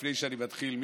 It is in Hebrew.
לפני שאני מתחיל,